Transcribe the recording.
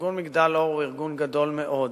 ארגון "מגדל אור" הוא ארגון גדול מאוד.